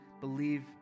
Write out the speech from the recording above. believe